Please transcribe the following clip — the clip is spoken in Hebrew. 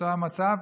אותו מצב,